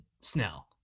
Snell